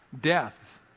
death